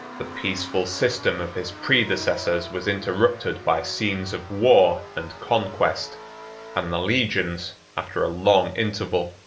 the peaceful system of his predecessors was interrupted by scenes of war and conquest and the legions, after a long interval,